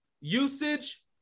usage